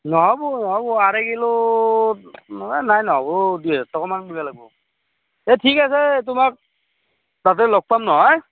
নহ'ব নহ'ব আঢ়ৈ কিলো নাই নহ'ব দুই হাজাৰ টকা মান দিব লাগিব দে ঠিক আছে তোমাক তাতে লগ পাম নহয়